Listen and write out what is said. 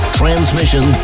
transmission